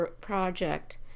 project